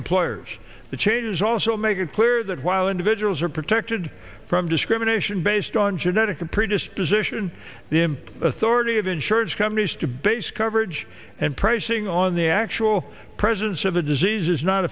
employers the changes also make it clear that while individuals are protected from discrimination based on genetic predisposition the authority of insurance companies to base coverage and pricing on the actual presence of a disease is not